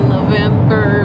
November